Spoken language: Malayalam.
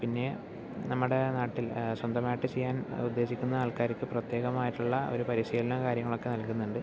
പിന്നെ നമ്മുടെ നാട്ടിൽ സ്വന്തമായിട്ട് ചെയ്യാൻ ഉദ്ദേശിക്കുന്ന ആൾക്കാർക്ക് പ്രത്യേകമായിട്ടുള്ള ഒരു പരിശീലനവും കാര്യങ്ങളൊക്കെ നൽകുന്നുണ്ട്